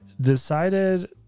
decided